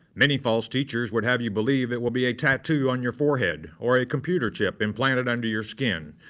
many false teachers would have you believe it will be a tattoo on your forehead or a computer chip implanted under your skin.